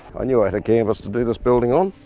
i knew i had a canvas to do this building on.